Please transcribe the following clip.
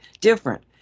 different